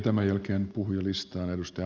tämän jälkeen puhujalistaan